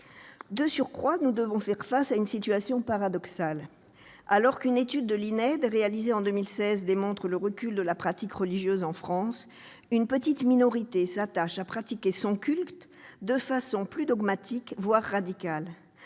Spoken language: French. De surcroît, nous devons faire face à une situation paradoxale. Alors qu'une étude de l'INED, l'Institut national d'études démographiques, réalisée en 2016 démontre le recul de la pratique religieuse en France, une petite minorité s'attache à pratiquer son culte de façon plus dogmatique, voire radicale.